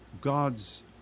God's